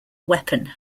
weapon